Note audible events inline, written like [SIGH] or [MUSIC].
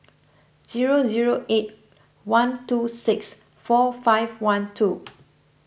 zero zero eight one two six four five one two [NOISE]